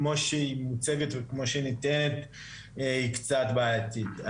כמו שהיא מוצגת וכמו שהיא נטענת היא קצת בעייתית.